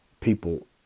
people